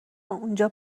اونجا